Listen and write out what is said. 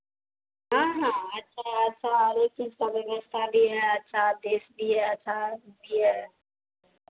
हाँ हाँ अच्छा अच्छा हर एक चीज का व्यवस्था भी है अच्छा टेस्टी है अचार भी है